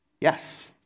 Yes